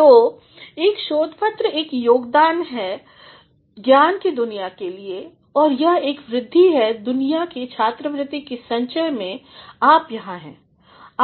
तो एक शोध पत्र एक योगदान है ज्ञान की दुनिया के लिए और यह एक वृद्धि है दुनिया की छात्रवृत्ति की संचय में आप यहाँ हैं